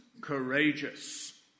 courageous